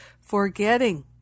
forgetting